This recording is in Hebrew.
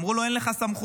אמרו לו: אין לך סמכות.